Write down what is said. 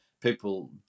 people